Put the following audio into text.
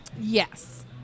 Yes